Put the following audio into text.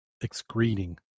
excreting